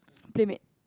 playmate